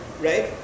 right